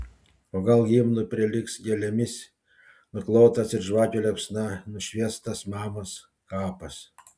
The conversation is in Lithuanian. o gal himnui prilygs gėlėmis nuklotas ir žvakių liepsna nušviestas mamos kapas